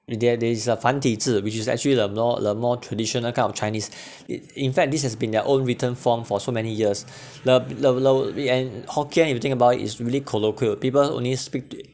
there there is a 繁体字 which is actually the more the more traditional kind of chinese it in fact this has been their own written form for so many years the no no and hokkien if you think about it is really colloquial people only speak